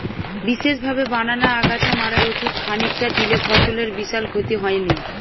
বিশেষভাবে বানানা আগাছা মারার ওষুধ খানিকটা দিলে ফসলের বিশাল ক্ষতি হয়নি